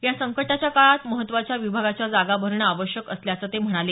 या संकटाच्या काळात महत्त्वाच्या विभागाच्या जागा भरण आवश्यक असल्याचं ते म्हणाले